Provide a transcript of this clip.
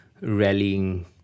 rallying